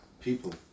people